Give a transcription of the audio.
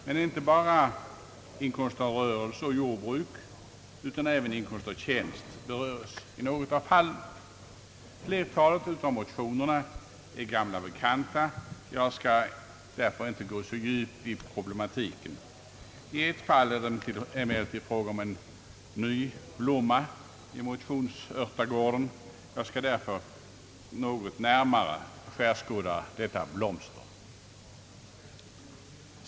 Men inte bara inkomst av rörelse och jordbruk, utan även inkomst av tjänst beröres. Flertalet av motionerna är gamla bekanta. Jag skall därför inte gå så djupt i problematiken. I ett fall är det emellertid fråga om en ny blomma i motionsörtagården. Jag skall därför något närmare skärskåda detta blomster.